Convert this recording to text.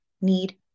need